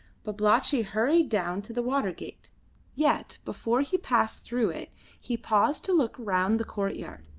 babalatchi hurried down to the water-gate yet before he passed through it he paused to look round the courtyard,